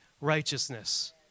righteousness